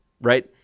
right